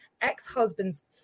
ex-husband's